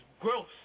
gross